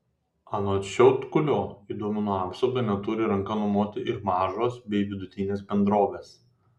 anot šiaudkulio į duomenų apsaugą neturi ranka numoti ir mažos bei vidutinės bendrovės